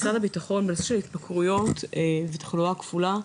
משרד הביטחון בנושא של התמכרויות ותחלואה כפולה,